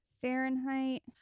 Fahrenheit